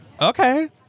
okay